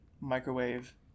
microwave